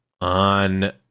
on